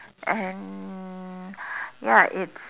and ya it's